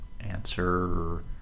answer